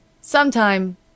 Sometime